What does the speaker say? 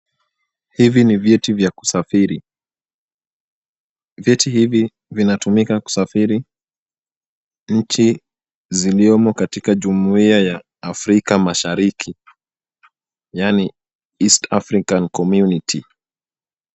Hivi ni vyeti vya kusafiri. Vyeti hivi vinatumika kusafiri nchi ziliomo katika jumuia ya Afrika mashariki, yaani east African community .